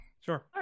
Sure